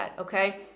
Okay